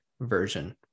version